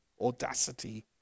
audacity